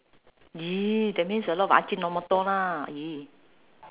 !ee! that means a lot of ajinomoto lah !ee!